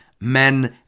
Men